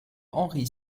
henri